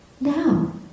now